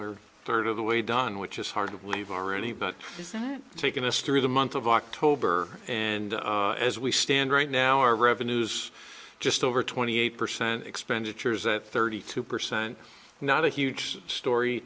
or third of the way done which is hard to believe already but just that taking us through the month of october and as we stand right now our revenues just over twenty eight percent expenditures at thirty two percent not a huge story